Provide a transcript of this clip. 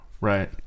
right